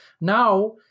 Now